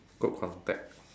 good contact